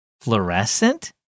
Fluorescent